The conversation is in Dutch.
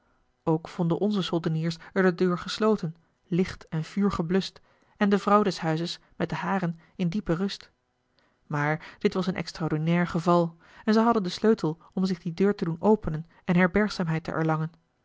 ook vonden onze soldeniers er de deur gesloten licht en vuur gebluscht en de vrouw des huizes met de haren in diepe rust maar dit was een extraordinair geval en zij hadden den sleutel om zich die deur te doen openen en herbergzaamheid te erlangen